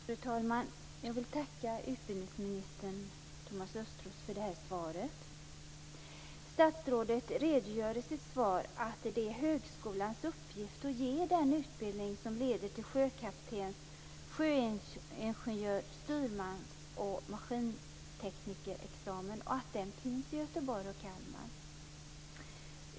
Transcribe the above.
Fru talman! Jag vill tacka utbildningsminister Thomas Östros för svaret. Statsrådet säger i sitt svar att det är högskolans uppgift att ge den utbildning som leder till sjökaptens-, sjöingenjörs-, styrmans och maskinteknikerexamen och att den finns i Göteborg och i Kalmar.